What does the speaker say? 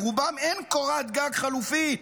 לרובם אין קורת גג חלופית.